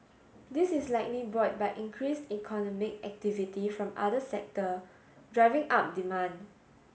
this is likely buoyed by increased economic activity from other sectors driving up demand